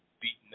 beaten